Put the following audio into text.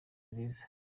nziza